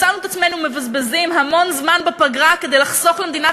מצאנו את עצמנו מבזבזים המון זמן בפגרה כדי לחסוך למדינת